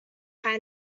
find